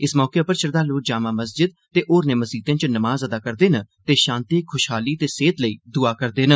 इस मौके उप्पर श्रद्धालु जामा मस्जिदें ते होरनें मसीतें च नमाज अदा करदे न ते शान्ति खुशहाली ते सेहत लेई दुआ करदे न